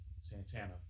Santana